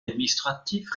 administratifs